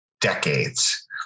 decades